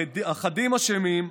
"אחדים אשמים,